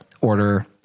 order